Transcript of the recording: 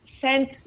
sent